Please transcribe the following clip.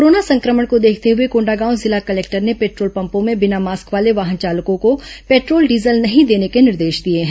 corona संक्रमण को देखते हुए कोंडागांव जिला कलेक्टर ने पेट्रोल पम्पों में बिना मास्क वाले वाहन चालकों को पेट्रोल डीजल नहीं देने के निर्देश दिए हैं